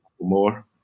more